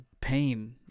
pain